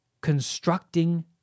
constructing